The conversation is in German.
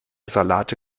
salate